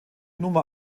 nummer